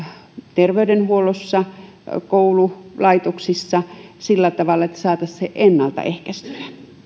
terveydenhuollossa koululaitoksissa sillä tavalla että saataisiin se ennaltaehkäistyä